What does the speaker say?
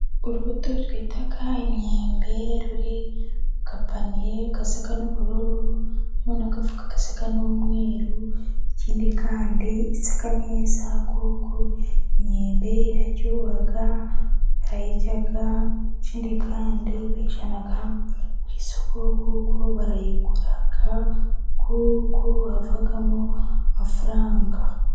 Urubuto twita imyembe， ruri mu gapaniye gasa n'ubururu，harimo n'agafuka gasa n'umweru，ikindi kandi ise neza，kuko imyembe iraryoha， barayirya，ikindi kandi bayijyana ku isoko，kuko barayigura， kuko havamo amafaranga.